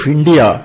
India